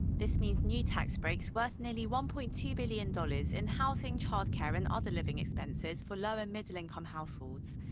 this means new tax breaks. worth nearly one-point-two billion dollars in housing, childcare and other living expenses, for low and middle income households.